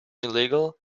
illegal